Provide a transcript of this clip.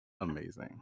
amazing